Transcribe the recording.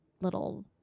Little